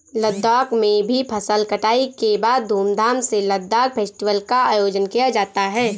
लद्दाख में भी फसल कटाई के बाद धूमधाम से लद्दाख फेस्टिवल का आयोजन किया जाता है